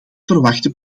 verwachten